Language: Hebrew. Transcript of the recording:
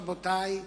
רבותי,